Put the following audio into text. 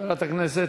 חברת הכנסת,